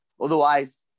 otherwise